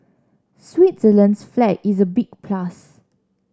Switzerland's flag is a big plus